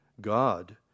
God